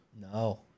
No